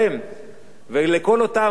ראיתי בעיתון "הארץ",